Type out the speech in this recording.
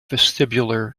vestibular